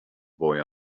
boy